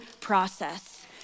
process